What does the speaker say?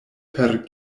per